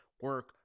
Work